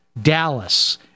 dallas